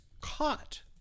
caught